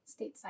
stateside